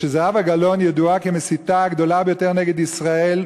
זהבה גלאון ידועה כמסיתה הגדולה ביותר נגד ישראל,